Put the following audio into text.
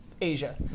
Asia